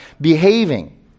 behaving